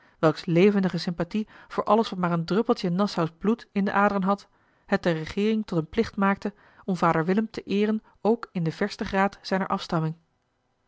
welks levendige sympathie voor alles wat maar een druppeltje nassau's bloed in de aderen had het der regeering tot een plicht maakte om vader willem te eeren ook in de versten graad zijner afstamming